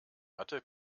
hatte